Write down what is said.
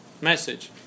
message